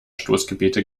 stoßgebete